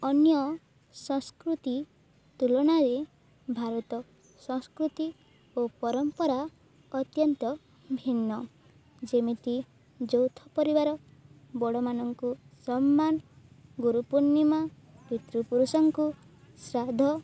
ଅନ୍ୟ ସଂସ୍କୃତି ତୁଳନାରେ ଭାରତ ସଂସ୍କୃତି ଓ ପରମ୍ପରା ଅତ୍ୟନ୍ତ ଭିନ୍ନ ଯେମିତି ଯୌଥ ପରିବାର ବଡ଼ମାନଙ୍କୁ ସମ୍ମାନ ଗୁରୁ ପୂର୍ଣ୍ଣିମା ପିତୃପୁରୁଷଙ୍କୁ ଶ୍ରାଦ୍ଧ